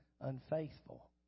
unfaithful